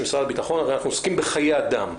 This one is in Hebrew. משרד הביטחון והרי אנחנו עוסקים בחיי אדם.